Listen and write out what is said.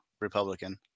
Republican